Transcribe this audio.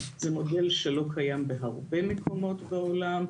זה מודל שלא קיים בהרבה מקומות בעולם,